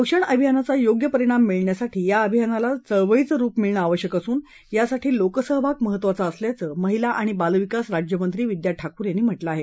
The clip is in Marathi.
पोषण अभियानाचा योग्य परिणाम मिळण्यासाठी या अभियानाला चळवळीचं रुप मिळणं आवश्यक असून यासाठी लोकसहभाग महत्त्वाचा असल्याचं महिला आणि बाल विकास राज्यमंत्री विद्या ठाकूर यांनी म्हटलं आहे